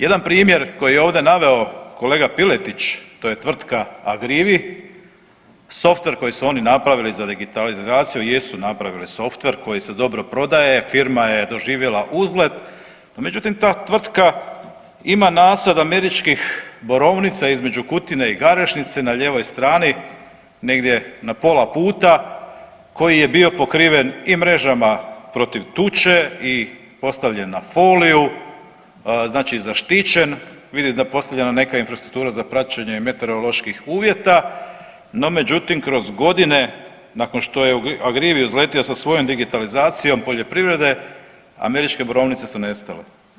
Jedan primjer koji je ovdje naveo kolega Piletić, to je tvrtka AGRIVI, softver koji su oni napravili za digitalizaciju jesu napravili softver koji se dobro prodaje, firma je doživjela uzlet, međutim ta tvrtka ima nasad američkih borovnica između Kutine i Garešnice na lijevoj strani, negdje na pola puta koji je bio pokriven i mrežama protiv tuče i postavljen na foliju, znači zaštićen, vidim da je postavljena neka infrastruktura za praćenje meteoroloških uvjeta, no međutim kroz godine nakon što je AGRIVI uzletio sa svojom digitalizacijom poljoprivrede, američke borovnice su nestale.